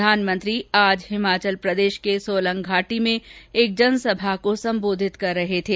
प्रधानमंत्री आज हिमाचल प्रदेश के सोलंग घाटी में एक जनसभा को संबोधित कर रहे थे